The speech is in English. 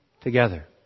together